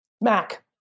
Mac